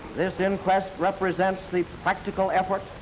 this inquest represents the practical efforts